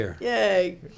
Yay